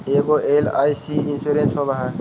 ऐगो LIC insurance होव है?